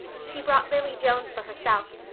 she brought lily jones for herself.